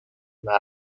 una